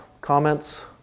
comments